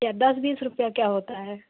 क्या दस बीस रुपया क्या होता है